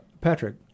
Patrick